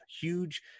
huge